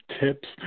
tips